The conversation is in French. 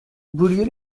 boulieu